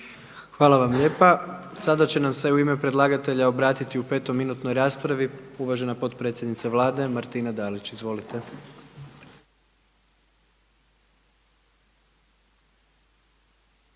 Hvala vam lijepa. Sada će nam se u ime predlagatelja obratiti u petominutnoj raspravi uvažena potpredsjednica Vlade Martina Dalić. Izvolite. **Dalić,